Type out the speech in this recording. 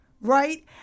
right